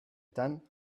tant